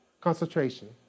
concentration